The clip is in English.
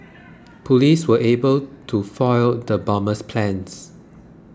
police were able to foil the bomber's plans